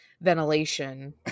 ventilation